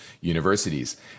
universities